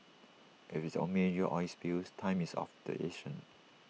as with only major oil spills time is of the